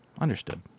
Understood